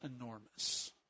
enormous